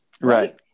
Right